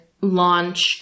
launched